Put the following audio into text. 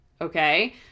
okay